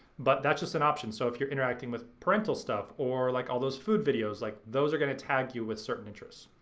but that's just an option, so if you're interacting with parental stuff or like all those food videos, like those are gonna tag you with certain interests.